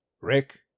Rick